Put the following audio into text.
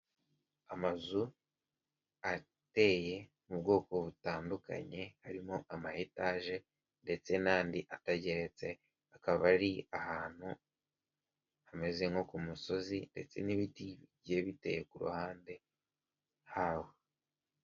Amazu ateye mu bwoko butandukanye harimo ama etaje ndetse n'andi atageretse, hakaba ari ahantu hameze nko ku musozi ndetse n'ibiti bigiye biteye ku ruhande haho.